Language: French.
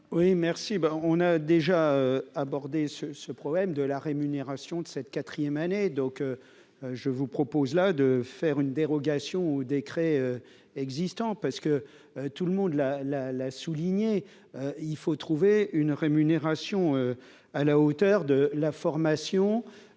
Oui, merci, on a déjà abordé ce ce problème de la rémunération de cette 4ème année, donc je vous propose là de faire une dérogation au décret existant parce que tout le monde la la la, souligné, il faut trouver une rémunération à la hauteur de la formation